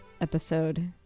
episode